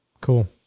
Cool